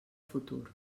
futur